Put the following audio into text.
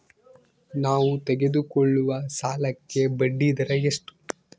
ನಾವು ತೆಗೆದುಕೊಳ್ಳುವ ಸಾಲಕ್ಕೆ ಬಡ್ಡಿದರ ಎಷ್ಟು?